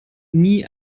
nie